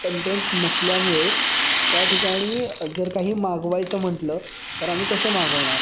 content नसल्यामुळे त्या ठिकाणी जर काही मागवायचं म्हटलं तर आम्ही कसं मागवणार